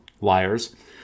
Liars